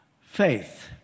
faith